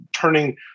turning